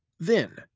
then,